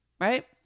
right